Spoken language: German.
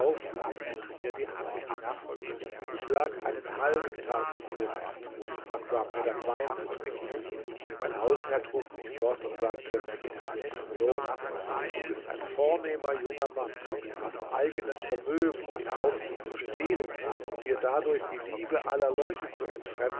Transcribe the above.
und hieb mir die hand ab ich lag einen halben tag in ohnmacht man gab mir dann wein zu trinken mein hausherr trug mich fort und sagte mein sohn du bist ein vornehmer junger mann hast eigenes vermögen was brauchst du zu stehlen und dir dadurch die liebe aller leute zu